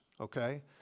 okay